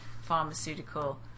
pharmaceutical